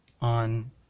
on